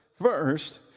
first